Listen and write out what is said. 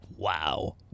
Wow